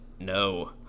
no